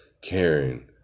caring